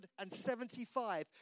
175